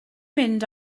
mynd